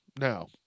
No